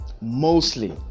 mostly